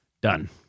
Done